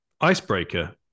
icebreaker